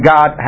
God